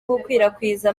gukwirakwiza